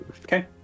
Okay